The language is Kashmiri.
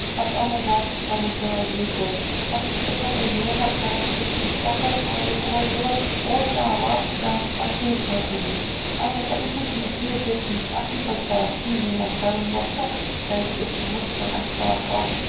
پَتہٕ یِمو واپَس چٮ۪مَو چاے بیٚیہِ گرِ پَتہٕ چھِ أسۍ اَکہٕ وَٹے نٮ۪ران کران چھِ چکر پانہٕ ؤنۍ اورٕ یور چٮ۪وان واپَس پٮ۪وان چھِ بیٚیہِ بیٚیہِ گرِ کٮ۪ن نِش بیٚیہِ اَلبتہ یُتھُے چھِنہٕ أسۍ سٮ۪لبرٮ۪ٹ چھِنہٕ أسۍ اَصٕل پٲٹھۍ کران کِہیٖنۍ یہِ مےٚ کَرُن گژھِ کیازِ کہِ أسۍ چھِ مُسلِم اَسہِ چھُ پٮ۪وان تھاوُن